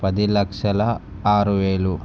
పది లక్షల ఆరువేలు